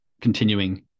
continuing